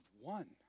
one